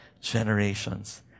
generations